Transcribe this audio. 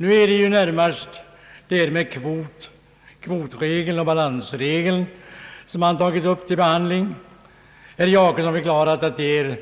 Nu är det närmast kvotregeln och balansregeln som man tagit upp till be handling. Herr Jacobsson har förklarat att dessa regler är